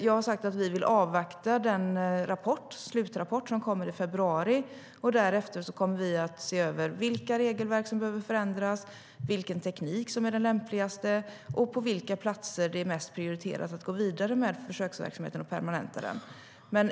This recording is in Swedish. Jag har sagt att vi vill avvakta den slutrapport som kommer i februari. Därefter kommer vi att se över vilka regelverk som behöver förändras, vilken teknik som är den lämpligaste och på vilka platser det är mest prioriterat att gå vidare med försöksverksamheten och permanenta den.